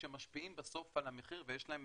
שמשפיעים בסוף על המחיר ויש להם